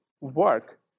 work